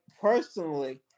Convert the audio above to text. personally